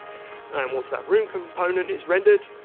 and once that room component is rendered,